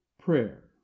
Prayer